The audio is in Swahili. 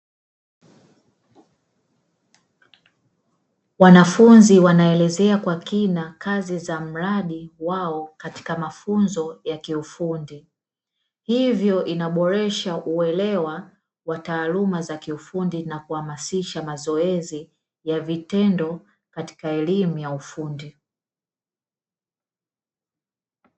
Wanafunzi wanaelezea kwa kina kazi za mradi wao katika mafunzo ya kiufundi. Hivyo inaboresha uelewa wa taaluma za kiufundi na kuhamasisha mazoezi ya vitendo katika elimu ya ufundi.